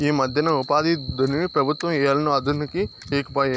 ఈమధ్యన ఉపాధిదుడ్డుని పెబుత్వం ఏలనో అదనుకి ఈకపాయే